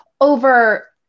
over